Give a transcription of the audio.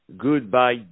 Goodbye